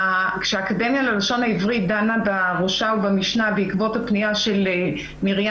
כשהאקדמיה ללשון העברית דנה ב"ראשה" וב"משנה" בעקבות הפניה של מרים